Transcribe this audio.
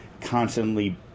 constantly